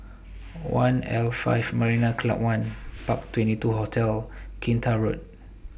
one' L five Marina Club one Park twenty two Hotel Kinta Road